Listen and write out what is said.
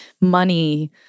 money